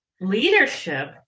leadership